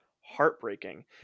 heartbreaking